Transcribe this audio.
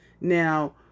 Now